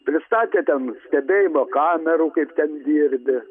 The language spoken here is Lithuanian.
pristatėte ten stebėjimo kamerų kaip ten dirbi